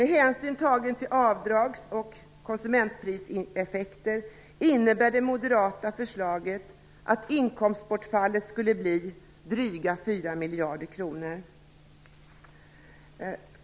Med hänsyn tagen till avdrag och konsumentpriseffekter innebär det moderata förslaget att inkomstbortfallet skulle bli dryga 4 miljarder kronor.